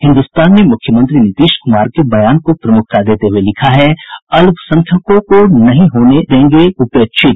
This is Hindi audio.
हिन्दुस्तान ने मुख्यमंत्री नीतीश कुमार के बयान को प्रमुखता देते हुए लिखा है अल्पसंख्यकों की नहीं होने देंगे उपेक्षा